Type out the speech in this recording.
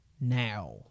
now